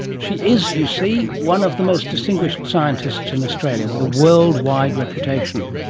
she is, you see, one of the most distinguished scientists in australia, with a worldwide reputation.